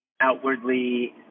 outwardly